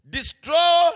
Destroy